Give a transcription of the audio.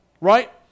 right